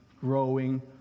Growing